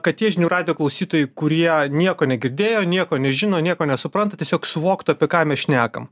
kad tie žinių radijo klausytojai kurie nieko negirdėjo nieko nežino nieko nesupranta tiesiog suvoktų apie ką mes šnekam